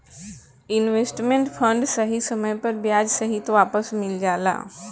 investment fund सही समय पर ब्याज सहित वापस मिल जाला